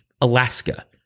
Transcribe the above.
Alaska